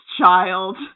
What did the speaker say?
child